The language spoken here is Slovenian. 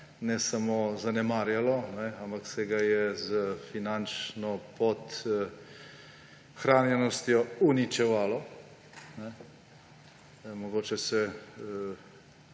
ne samo zanemarjalo, ampak se ga je s finančno podhranjenostjo uničevalo. Mogoče se